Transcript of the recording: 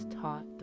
taught